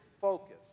focus